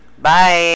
bye